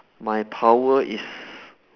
my power is